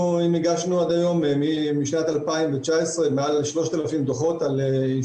ברגע שהתוודענו לנתונים על עלייה